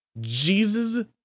Jesus